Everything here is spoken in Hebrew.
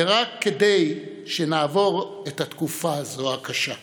רק כדי שנעבור את התקופה הקשה הזו.